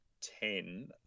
ten